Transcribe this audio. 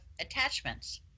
attachments